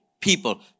people